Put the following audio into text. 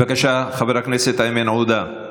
בבקשה, חבר הכנסת איימן עודה.